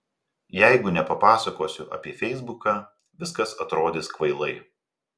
jeigu nepapasakosiu apie feisbuką viskas atrodys kvailai